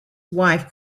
wife